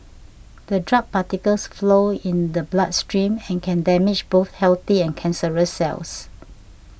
the drug particles flow in the bloodstream and can damage both healthy and cancerous cells